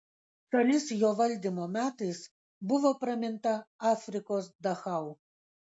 šalis jo valdymo metais buvo praminta afrikos dachau